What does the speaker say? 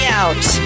out